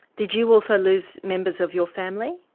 did you also lose members of your family?